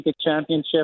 championship